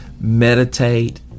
meditate